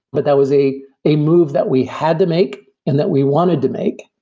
but that was a a move that we had to make and that we wanted to make,